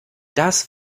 das